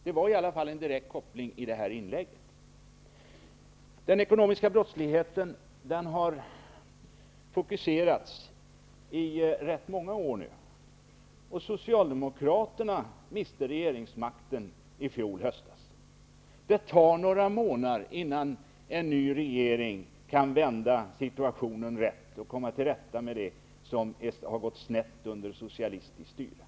Det var i alla fall en direkt koppling i det här inlägget. Den ekonomiska brottsligheten har fokuserats i rätt många år nu. Socialdemokraterna miste regeringsmakten i fjol höst. Det tar några månader innan en ny regering kan vända situationen rätt och komma till rätta med det som har gått snett under socialistiskt styre.